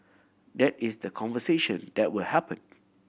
that is the conversation that will happen